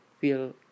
feel